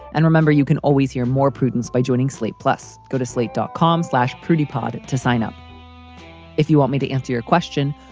and remember, you can always hear more prudence by joining slate. plus go to slate dot com slash pretty pod to sign up if you want me to answer your question.